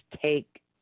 take